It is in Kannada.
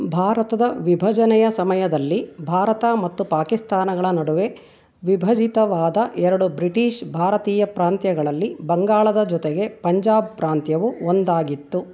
ಭಾರತದ ವಿಭಜನೆಯ ಸಮಯದಲ್ಲಿ ಭಾರತ ಮತ್ತು ಪಾಕಿಸ್ತಾನಗಳ ನಡುವೆ ವಿಭಜಿತವಾದ ಎರಡು ಬ್ರಿಟಿಷ್ ಭಾರತೀಯ ಪ್ರಾಂತ್ಯಗಳಲ್ಲಿ ಬಂಗಾಳದ ಜೊತೆಗೆ ಪಂಜಾಬ್ ಪ್ರಾಂತ್ಯವೂ ಒಂದಾಗಿತ್ತು